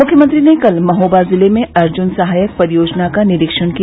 मुख्यमंत्री ने कल महोबा जिले में अर्जन सहायक परियोजना का निरीक्षण किया